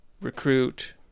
recruit